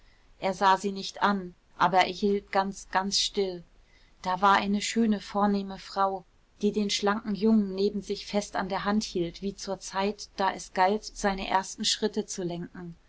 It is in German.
er sah sie nicht an aber er hielt ganz ganz still da war eine schöne vornehme frau die den schlanken jungen neben sich fest an der hand hielt wie zur zeit da es galt seine ersten schritte zu lenken